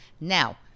Now